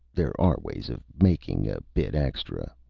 there are ways of making a bit extra.